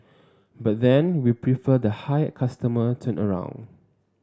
but then we prefer the high customer turnaround